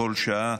כל שעה: